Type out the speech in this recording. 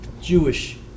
Jewish